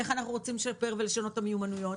איך אנחנו רוצים לשפר ולשנות את המיומנויות?